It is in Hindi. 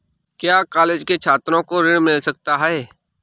क्या कॉलेज के छात्रो को ऋण मिल सकता है?